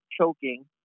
choking